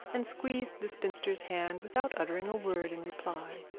and squeezed the spinster's hand without uttering a word in reply.